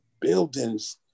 buildings